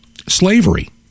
slavery